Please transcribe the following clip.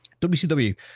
WCW